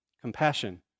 Compassion